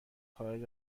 خارج